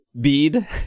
bead